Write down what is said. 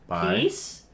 Peace